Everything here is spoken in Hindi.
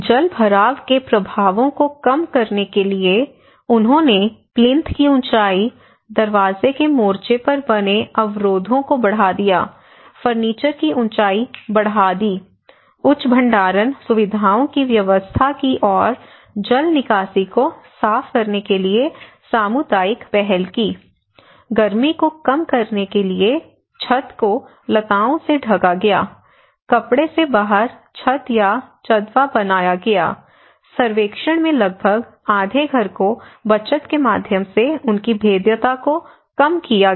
जलभराव के प्रभावों को कम करने के लिए उन्होंने प्लिंथ की ऊँचाई दरवाजे के मोर्चे पर बने अवरोधों को बढ़ा दिया फर्नीचर की ऊँचाई बढ़ा दी उच्च भंडारण सुविधाओं की व्यवस्था की और जल निकासी को साफ करने के लिए सामुदायिक पहल की गर्मी को कम करने के लिए छत को लताओं से ढका गया कपड़े से बाहर छत या चंदवा बनाया गया सर्वेक्षण में लगभग आधे घर को बचत के माध्यम से उनकी भेद्यता को कम किया गया